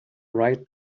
right